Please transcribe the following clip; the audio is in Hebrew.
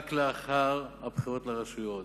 רק לאחר הבחירות לרשויות,